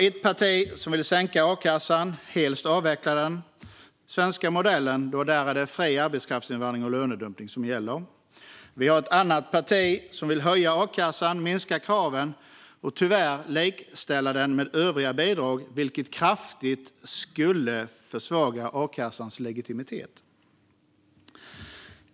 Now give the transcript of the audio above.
Ett parti vill sänka a-kassan och helst avveckla både den och den svenska modellen. Där är det fri arbetskraftsinvandring och lönedumpning som gäller. Ett annat parti vill höja a-kassan och minska kraven och tyvärr likställa den med övriga bidrag, vilket kraftigt skulle försvaga a-kassans legitimitet.